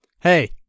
Hey